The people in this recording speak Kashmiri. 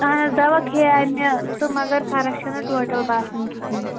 اَہَن حظ دَوا کھیٚیاے مےٚ تہٕ مگر فرٕق چھَنہٕ ٹوٹل باسان کِہیٖنٛۍ